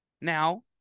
Now